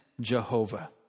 Jehovah